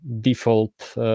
default